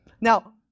Now